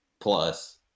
plus